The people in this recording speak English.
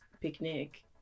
Picnic